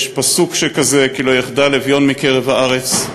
יש פסוק שכזה: "כי לא יחדל אביון מקרב הארץ",